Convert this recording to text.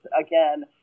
again